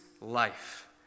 life